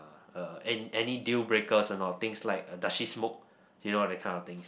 uh and any deal breakers or not things like does she smoke you know that kind of thing